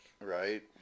right